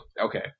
okay